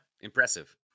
Impressive